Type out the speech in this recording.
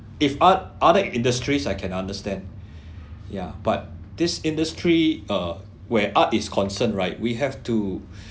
if if art other industries I can understand ya but this industry uh where art is concerned right we have to